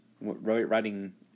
writing